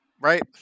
right